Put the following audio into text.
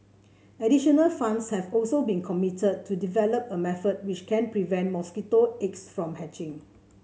additional funds have also been committed to develop a method which can prevent mosquito eggs from hatching